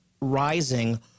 rising